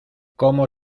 como